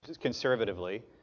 conservatively